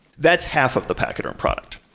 that's half of the pachyderm product.